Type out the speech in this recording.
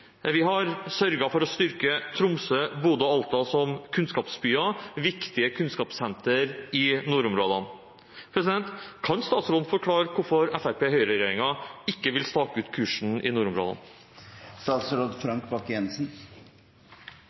for å styrke Tromsø, Bodø og Alta som kunnskapsbyer, viktige kunnskapssentre i nordområdene. Kan statsråden forklare hvorfor Høyre–Fremskrittsparti-regjeringen ikke vil stake ut kursen i nordområdene?